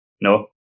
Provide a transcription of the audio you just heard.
No